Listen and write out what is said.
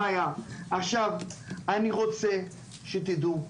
אני רוצה רק שתדעו,